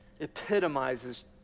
epitomizes